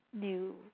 new